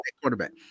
quarterback